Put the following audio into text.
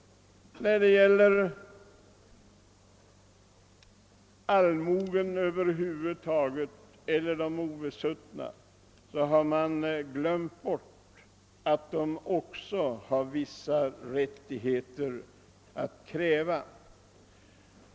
Men man har glömt bort att allmogen och de obesuttna över huvud taget har vissa rättigheter att kräva.